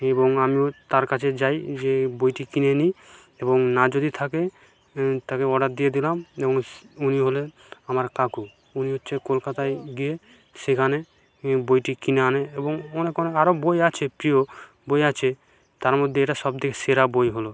এবং আমিও তার কাছে যাই গিয়ে বইটি কিনে নিই এবং না যদি থাকে তাকে অর্ডার দিয়ে দিলাম এবং উনি হলেন আমার কাকু উনি হচ্ছে কলকাতায় গিয়ে সেখানে এ বইটি কিনে আনে এবং মনে করুন আরও বই আছে প্রিয় বই আছে তার মধ্যে এটা সব দিক সেরা বই হলো